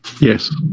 Yes